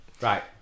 right